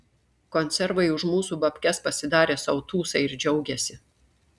konservai už mūsų babkes pasidarė sau tūsą ir džiaugiasi